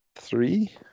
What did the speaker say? Three